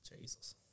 Jesus